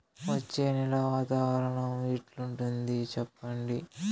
వచ్చే నెల వాతావరణం ఎట్లుంటుంది చెప్పండి?